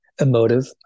emotive